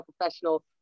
professional